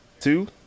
Two